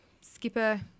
skipper